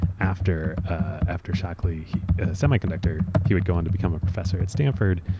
after after shockley semiconductor, he would go on to become a professor at stanford.